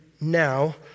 now